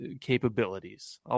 capabilities